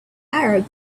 arab